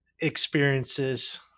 experiences